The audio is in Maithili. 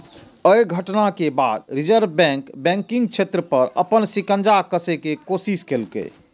अय घटना के बाद रिजर्व बैंक बैंकिंग क्षेत्र पर अपन शिकंजा कसै के कोशिश केलकै